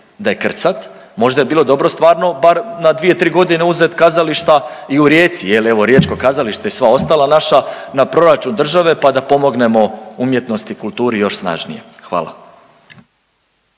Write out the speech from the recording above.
da je krcat, možda bi bilo dobro stvarno bar na 2-3 godine uzet kazališta i u Rijeci jer evo riječko kazalište i sva ostala naša na proračun države pa da pomognemo umjetnosti i kulturi još snažnije. Hvala.